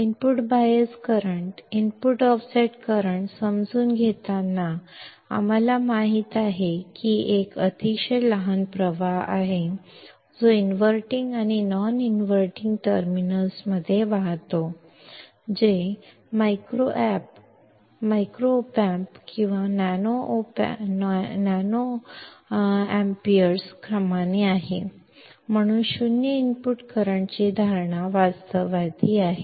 input bias current input offset current ಅನ್ನು ಅರ್ಥಮಾಡಿಕೊಳ್ಳುವಾಗ inverting ಮತ್ತು ನಾನ್ ಇನ್ವರ್ಟಿಂಗ್ ಟರ್ಮಿನಲ್ಗಳಿಗೆ ಹರಿಯುವ ಒಂದು ಸಣ್ಣ ಕರೆಂಟ್ ಇದೆ ಎಂದು ನಮಗೆ ತಿಳಿದಿದೆ ಇದು ಮೈಕ್ರೊಅಂಪ್ಗಳ ನ್ಯಾನೊಅಂಪ್ಗಳ ಕ್ರಮದಲ್ಲಿದೆ ಆದ್ದರಿಂದ 0 ಇನ್ಪುಟ್ ಕರೆಂಟ್ಎಂಬ ಊಹೆಯು ವಾಸ್ತವಿಕವಾಗಿದೆ